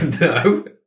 No